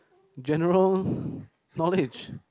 general knowledge